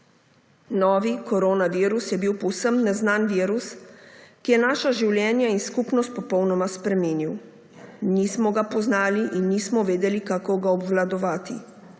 Novi koronavirus je bil povsem neznan virus, ki je naša življenja in skupnost popolnoma spremenil. Nismo ga poznali in nismo vedeli, kako ga obvladovati.